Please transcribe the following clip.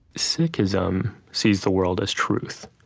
sikhism sees the world as truth,